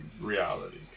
reality